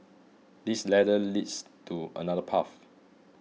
this ladder leads to another path